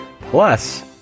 plus